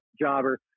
jobber